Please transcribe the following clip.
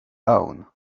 own